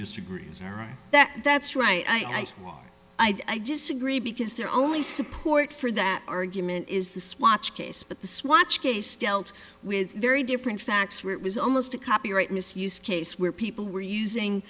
disagree all right that that's right i think i disagree because there are only support for that argument is the swatch case but the swatch case dealt with very different facts where it was almost a copyright misuse case where people were using